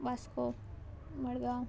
Vasco Madgaon